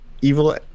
Evil